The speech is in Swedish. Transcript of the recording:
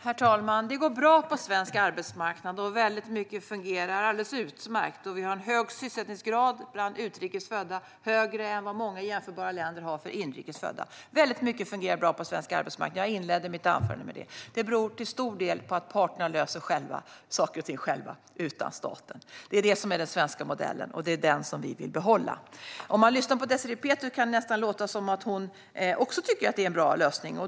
Herr talman! Det går bra på svensk arbetsmarknad. Mycket fungerar alldeles utmärkt. Det är en hög sysselsättningsgrad bland utrikes födda, högre än vad många jämförbara länder har för inrikes födda. Mycket fungerar bra på den svenska arbetsmarknaden. Jag inledde mitt anförande med detta. Det beror till stor del på att parterna löser saker och ting själva utan statens inblandning. Det är den svenska modellen, och den vill vi behålla. På Désirée Pethrus kan det låta som att hon också tycker att det är bra lösning.